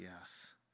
Yes